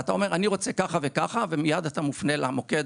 ואתה אומר "אני רוצה ככה וככה" ומיד מופנה למוקד,